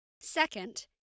Second